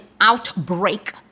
outbreak